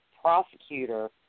prosecutor